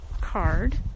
card